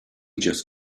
just